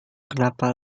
kenapa